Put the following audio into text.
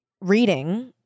reading